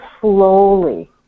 slowly